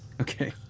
Okay